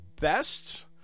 best